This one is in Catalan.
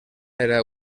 era